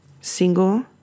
single